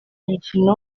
imikino